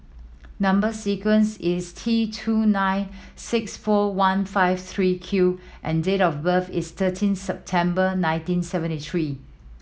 number sequence is T two nine six four one five three Q and date of birth is thirteen September nineteen seventy three